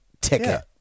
ticket